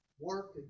work